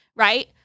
right